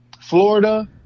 Florida